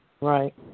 Right